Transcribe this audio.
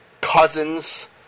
cousins